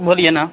बोलिए न